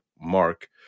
Mark